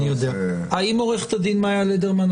האם עורכת הדין מאיה לדרמן,